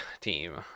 team